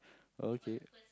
okay